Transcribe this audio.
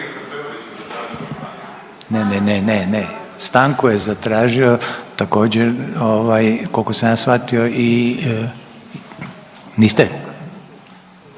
Ne, ne, ne, ne, stanku je zatražio također ovaj koliko sam ja shvatio i niste?